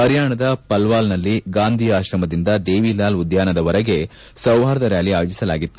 ಪರಿಯಾಣದ ಪಲ್ವಾಲ್ನಲ್ಲಿ ಗಾಂಧಿ ಆಶ್ರಮದಿಂದ ದೇವೀಲಾಲ್ ಉದ್ಯಾನವನದವರೆಗೆ ಸೌಹಾರ್ದ ರ್ನಾಲಿ ಆಯೋಜಿಸಲಾಗಿತ್ತು